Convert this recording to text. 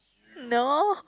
no